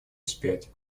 вспять